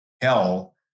hell